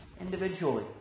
individually